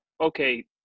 okay